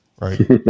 right